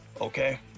okay